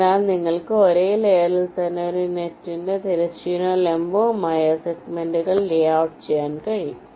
അതിനാൽ നിങ്ങൾക്ക് ഒരേ ലെയറിൽ തന്നെ ഒരു നെറ്റിന്റെ തിരശ്ചീനവും ലംബവുമായ സെഗ്മെന്റുകൾ ലേഔട്ട് ചെയ്യാൻ കഴിയും